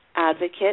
advocate